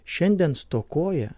šiandien stokoja